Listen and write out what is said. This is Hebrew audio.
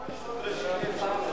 אילן,